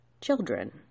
Children